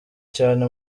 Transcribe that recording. cyane